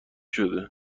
شده